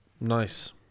nice